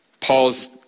Paul's